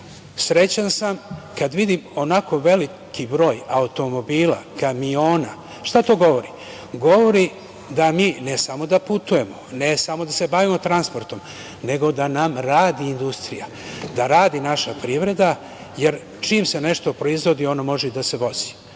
srećan sam kada vidim onako veliki broj automobila i kamiona. Šta to govori? Govori da ne samo putujemo, ne samo da se bavimo transportom, nego da nam radi industrija, da radi naša privreda, jer čim se nešto proizvodi, ono može i da se vozi.Sećam